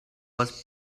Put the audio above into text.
was